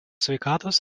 sveikatos